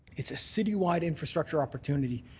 it's a city-wide infrastructure opportunity.